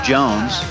Jones